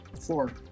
Four